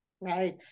right